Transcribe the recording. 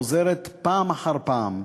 שחוזרת פעם אחר פעם,